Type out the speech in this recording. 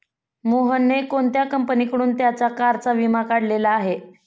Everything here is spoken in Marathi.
मोहनने कोणत्या कंपनीकडून त्याच्या कारचा विमा काढलेला आहे?